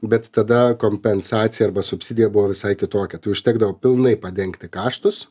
bet tada kompensacija arba subsidija buvo visai kitokia tai užtekdavo pilnai padengti kaštus